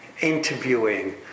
interviewing